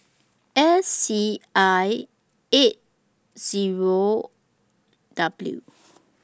S C I eight O W